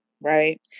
right